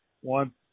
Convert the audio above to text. one